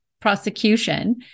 prosecution